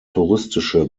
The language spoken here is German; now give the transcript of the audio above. touristische